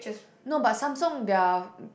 no but Samsung their